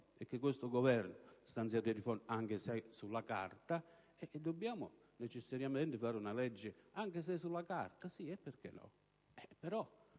che questo Governo ha stanziato dei fondi, anche se sulla carta. Dobbiamo necessariamente fare una legge, anche se sulla carta; però,